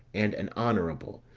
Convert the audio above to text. and an honourable,